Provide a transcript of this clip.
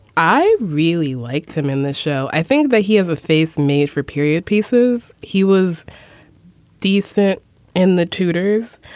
i really liked him in this show. i think that he has a face made for period pieces. he was decent in the tutor's.